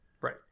Right